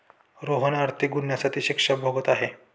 रोहन आर्थिक गुन्ह्यासाठी शिक्षा भोगत आहे